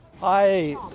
Hi